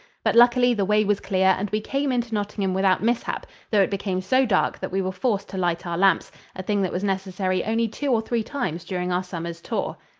but, luckily, the way was clear and we came into nottingham without mishap, though it became so dark that we were forced to light our lamps a thing that was necessary only two or three times during our summer's tour.